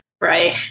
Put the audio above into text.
Right